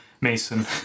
Mason